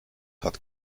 hat